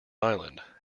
island